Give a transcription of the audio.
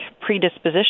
predisposition